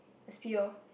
S_P orh